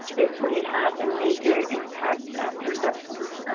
this really had a major impact and reduction